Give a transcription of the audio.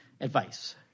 advice